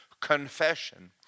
confession